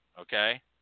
okay